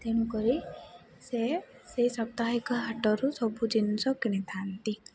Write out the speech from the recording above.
ତେଣୁକରି ସେ ସେଇ ସାପ୍ତାହିକ ହାଟରୁ ସବୁ ଜିନିଷ କିଣିଥାନ୍ତି